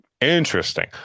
Interesting